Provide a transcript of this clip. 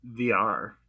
VR